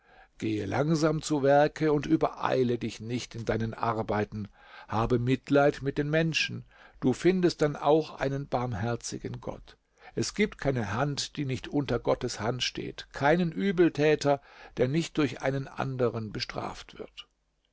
gehe langsam zu werke und übereile dich nicht in deinen arbeiten habe mitleid mit den menschen du findest dann auch einen barmherzigen gott es gibt keine hand die nicht unter gottes hand steht keinen übeltäter der nicht durch einen anderen bestraft wird